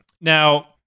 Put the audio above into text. Now